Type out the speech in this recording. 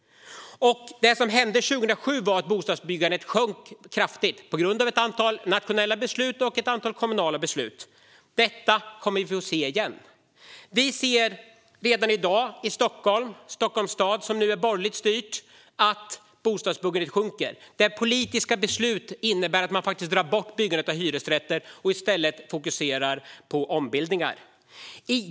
År 2007 sjönk bostadsbyggandet kraftigt på grund av ett antal nationella och kommunala beslut. Detta kommer vi att få se igen. Vi ser redan i dag att bostadsbyggandet minskar i Stockholms stad, som nu är borgerligt styrt. Politiska beslut innebär att man drar bort byggandet av hyresrätter och i stället fokuserar på ombildningar.